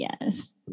yes